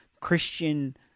Christian